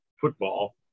football